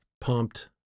pumped